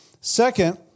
Second